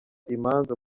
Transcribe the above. imanza